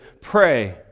pray